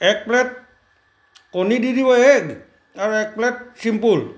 এক প্লেট কণী দি দিব এগ আৰু এক প্লেট ছিম্পুল